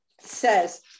says